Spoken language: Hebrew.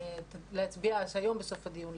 להצביע היום בסוף הדיון,